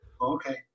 Okay